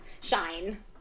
shine